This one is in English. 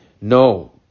No